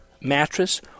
mattress